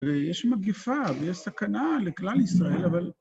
ויש מגיפה ויש סכנה לכלל ישראל, אבל...